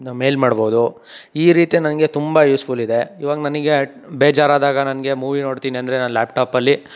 ಮೇಲ್ ಮಾಡ್ಬೋದು ಈ ರೀತಿ ನನಗೆ ತುಂಬ ಯೂಸ್ಫುಲ್ ಇದೆ ಇವಾಗ ನನಗೆ ಬೇಜಾರು ಆದಾಗ ನನಗೆ ಮೂವಿ ನೋಡ್ತೀನಿ ಅಂದರೆ ನಾನು ಲ್ಯಾಪ್ಟಾಪಲ್ಲಿ